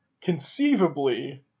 conceivably